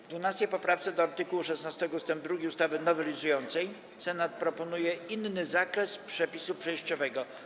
W 12. poprawce do art. 16 ust. 2 ustawy nowelizującej Senat proponuje inny zakres przepisu przejściowego.